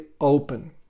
open